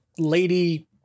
Lady